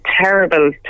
terrible